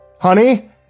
Honey